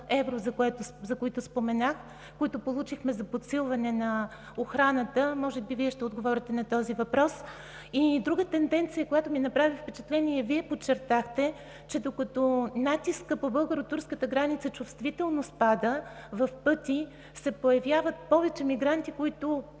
за които споменах, които получихме за подсилване на охраната? Може би Вие ще отговорите на този въпрос. Друга тенденция, която ми направи впечатление – Вие подчертахте, че докато натискът по българо-турската граница чувствително спада в пъти, се появяват повече мигранти, които